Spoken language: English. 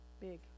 big